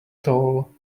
tall